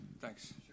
Thanks